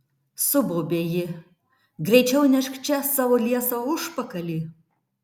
subaubė ji greičiau nešk čia savo liesą užpakalį